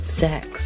sex